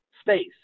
space